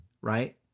right